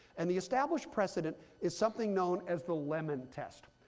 and the established precedent is something known as the lemon test,